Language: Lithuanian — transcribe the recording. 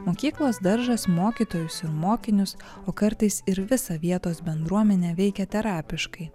mokyklos daržas mokytojus ir mokinius o kartais ir visą vietos bendruomenę veikia terapiškai